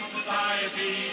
Society